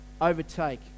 overtake